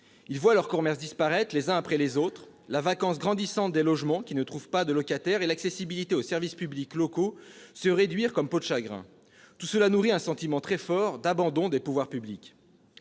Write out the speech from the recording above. Ils voient leurs commerces disparaître les uns après les autres, la vacance grandissante des logements qui ne trouvent pas de locataires et l'accessibilité aux services publics locaux se réduire comme peau de chagrin. Tout cela nourrit un sentiment très fort d'abandon des pouvoirs publics.